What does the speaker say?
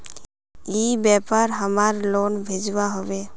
ई व्यापार हमार लोन भेजुआ हभे?